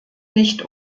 nicht